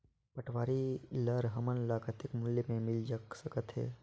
Power tiller हमन ल कतेक मूल्य मे मिल सकथे?